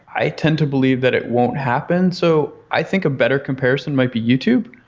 i tend to believe that it won't happen. so i think a better comparison might be youtube,